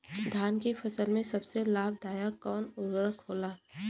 धान के फसल में सबसे लाभ दायक कवन उर्वरक होला?